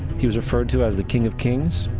he was referred to as the king of kings,